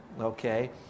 okay